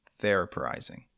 therapizing